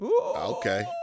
Okay